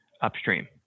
upstream